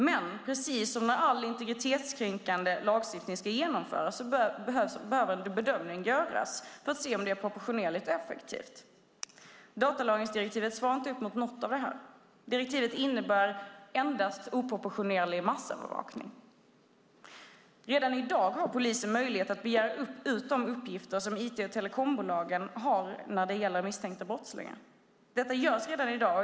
Men precis som när all integritetskränkande lagstiftning ska genomföras behöver en bedömning göras för att se om det är proportionerligt och effektivt. Datalagringsdirektivet svarar inte upp mot något av det. Direktivet innebär endast oproportionerlig massövervakning. Redan i dag har polisen möjlighet att begära ut de uppgifter som IT och telekombolagen har när det gäller misstänkta brottslingar. Detta görs redan i dag.